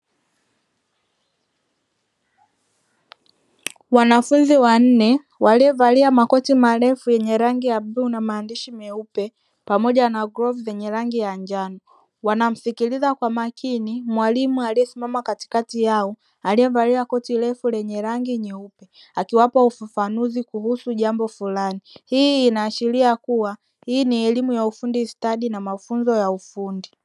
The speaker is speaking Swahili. Wanafunzi wanne waliovalia makoti marefu, yenye rangi ya bluu na maandishi meupe pamoja na glovu zenye rangi ya njano wanamsikiliza kwa makini mwalimu aliyesimama katikati yao aliyevalia koti refu lenye rangi nyeupe akiwapa ufafanuzi kuhusu jambo fulani, hii inaashiria kuwa hii ni elimu ya ufundi stadi na mafunzo ya ufundi.